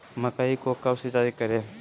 मकई को कब सिंचाई करे?